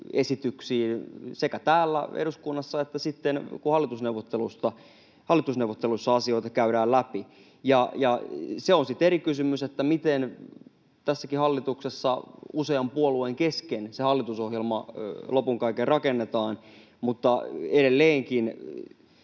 esityksiin sekä täällä eduskunnassa että sitten, kun hallitusneuvotteluissa asioita käydään läpi. Se on sitten eri kysymys, miten tässäkin hallituksessa usean puolueen kesken se hallitusohjelma lopun kaiken rakennetaan, mutta edelleenkin